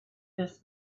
this